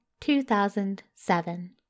2007